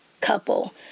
couple